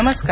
नमस्कार